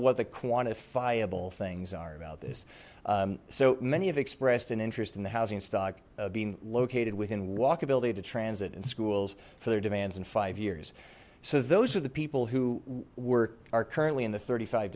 what the quantify things are about this so many have expressed an interest in the housing stock being located within walkability to transit in schools for their demands in five years so those are the people who were are currently in the thirty five